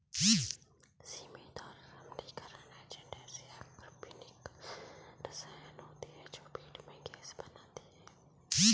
सीमित और अम्लीकरण एजेंट ऐसे अकार्बनिक रसायन होते हैं जो पेट में गैस बनाते हैं